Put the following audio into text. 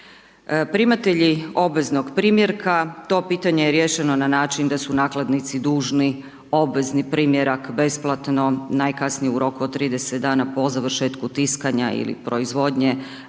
Primatelji obveznog primjerka, to pitanje je riješeno na način da su nakladnici dužni obvezni primjerak besplatno, najkasnije u roku od 30 dana po završetku tiskanja ili proizvodnje,